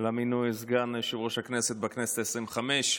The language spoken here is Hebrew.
למינוי סגן יושב-ראש הכנסת בכנסת העשרים-וחמש.